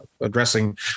addressing